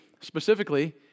specifically